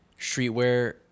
streetwear